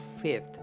Fifth